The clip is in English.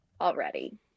already